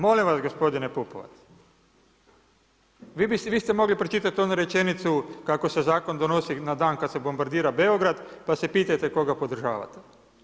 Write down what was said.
Molim vas gospodine Pupovac, vi ste mogli pročitati onu rečenicu, kako se zakon donosi na dan kad se bombardira Beograd pa se pitajte koga podržavate.